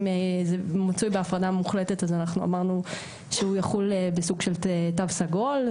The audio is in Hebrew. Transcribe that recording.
אם זה מצוי בהפרדה מוחלטת אז אמרנו שהוא יחול בסוג של תו סגול.